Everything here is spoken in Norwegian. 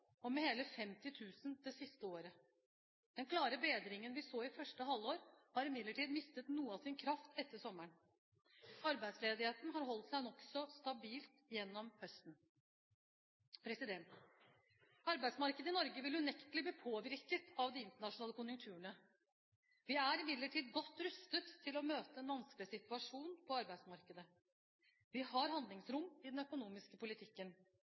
og med hele 50 000 det siste året. Den klare bedringen vi så i første halvår, har imidlertid mistet noe av sin kraft etter sommeren. Arbeidsledigheten har holdt seg nokså stabil gjennom høsten. Arbeidsmarkedet i Norge vil unektelig bli påvirket av de internasjonale konjunkturene. Vi er imidlertid godt rustet til å møte en vanskeligere situasjon på arbeidsmarkedet. Vi har handlingsrom i den økonomiske politikken.